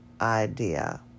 idea